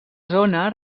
zona